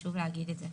חשוב להגיד את זה.